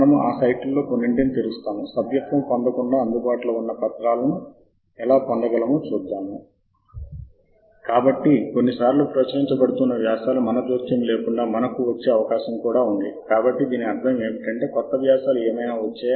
మరియు ఈ ఆకృతి లో విభిన్న రిఫరెన్స్ అంశాలను మీరే కలపవచ్చు మరియు సరిపోల్చవచ్చు మీరు నోట్ప్యాడ్ ఎడిటర్లో అంశాలను కత్తిరించి అతికించవచ్చు మరియు మీ సాహిత్య శోధనలో చేరవచ్చు వేర్వేరు కాలాలు లేదా మీరు ఒక సాహిత్య శోధనను బహుళ భాగాలుగా విభజించవచ్చు